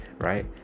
right